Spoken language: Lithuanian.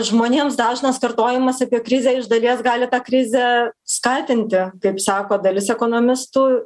žmonėms dažnas kartojimas apie krizę iš dalies gali tą krizę skatinti sako dalis ekonomistų